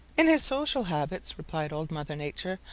in his social habits, replied old mother nature.